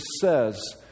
says